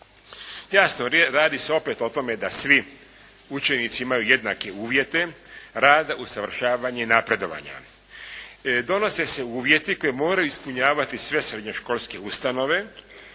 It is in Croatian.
Jasno, radi se opet o tome da svi učenici imaju jednake uvjete rada, usavršavanja i napredovanja. Donose se uvjeti koje moraju ispunjavati sve srednjoškolske ustanove,